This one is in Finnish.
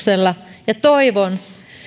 ihmisten kustannuksella ja toivon